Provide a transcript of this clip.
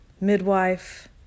midwife